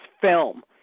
film